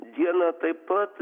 dieną taip pat